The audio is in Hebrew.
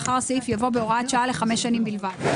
לאחר הסעיף יבוא "בהוראת שעה לחמש שנים בלבד".